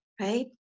Right